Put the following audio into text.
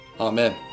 Amen